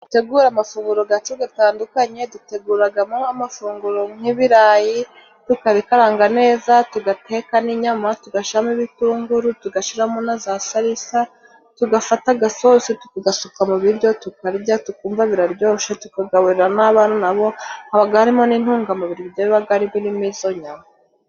Gutegura amafunguro gacu gatandukanye duteguragamo amafunguro nk'ibirayi tukabikaranga neza tugateka n'inyama ,tugashiramo ibitunguru tugashiramo na za salisa, tugafata agasosi tukagasuka mu biryo tukarya tukumva biraryoshe; tukagabura n'abana nabo habaga harimo n'intungamubiri ibiryo bibaga birimo izo nyama.